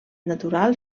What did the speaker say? natural